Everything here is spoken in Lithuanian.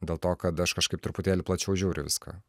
dėl to kad aš kažkaip truputėlį plačiau žiūriu į viską